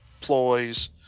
ploys